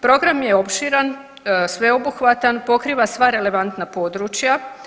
Program je opširan, sveobuhvatan, pokriva sva relevantna područja.